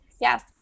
Yes